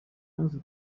munsi